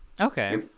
Okay